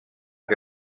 que